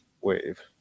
wave